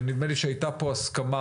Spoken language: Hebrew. ונדמה לי שהייתה פה הסכמה,